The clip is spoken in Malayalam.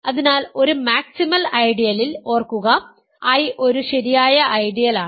അതിനാൽ ഒരു മാക്സിമൽ ഐഡിയലിൽ ഓർക്കുക I ഒരു ശരിയായ ഐഡിയലാണ്